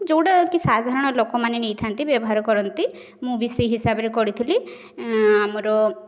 ଯେଉଁଟାକି ସାଧାରଣ ଲୋକମାନେ ନେଇଥାନ୍ତି ବ୍ୟବହାର କରିନ୍ତି ମୁଁ ବି ସେହି ହିସାବରେ କରିଥିଲି ଆମର